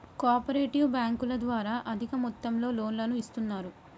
co operative బ్యాంకుల ద్వారా అధిక మొత్తంలో లోన్లను ఇస్తున్నరు